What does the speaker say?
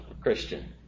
Christian